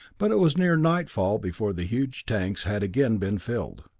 but it was near nightfall before the huge tanks had again been filled.